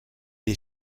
les